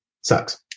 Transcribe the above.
sucks